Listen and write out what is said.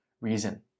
reason